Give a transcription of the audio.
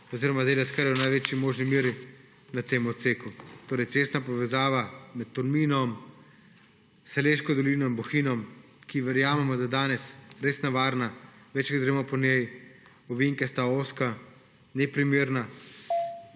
oziroma delati kar v največji možni meri na tem odseku. Cestna povezava med Tolminom, Selško dolino in Bohinjem, ki verjamemo, da je danes res nevarna, večkrat gremo po njej, ovinkasta ozka, neprimerna,